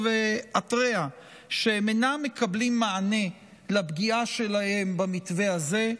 והתרע שהם אינם מקבלים מענה על בפגיעה בהם במתווה הזה,